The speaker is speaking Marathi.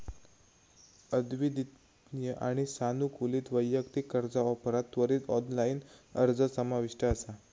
अद्वितीय आणि सानुकूलित वैयक्तिक कर्जा ऑफरात त्वरित ऑनलाइन अर्ज समाविष्ट असा